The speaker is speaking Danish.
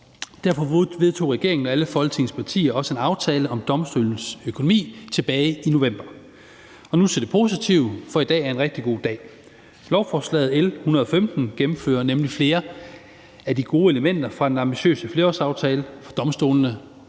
Derfor vedtog regeringen og alle Folketingets partier også en aftale om domstolenes økonomi tilbage i november. Så til det positive, for i dag er en rigtig god dag. Lovforslag L 115 gennemfører nemlig flere af de gode elementer fra den ambitiøse flerårsaftale for domstolene,